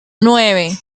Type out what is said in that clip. nueve